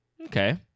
Okay